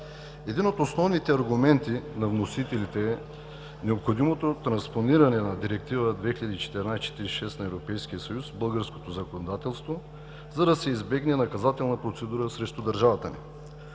Един от основните аргументи на вносителите е необходимото транспониране на Директива 2014/46 на Европейския съюз в българското законодателство, за да се избегне наказателна процедура срещу държавата ни.